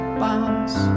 bounce